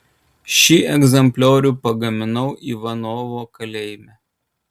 šį egzempliorių pagaminau ivanovo kalėjime